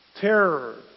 terror